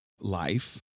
life